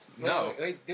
No